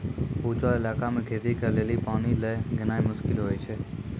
ऊंचो इलाका मे खेती करे लेली पानी लै गेनाय मुश्किल होय छै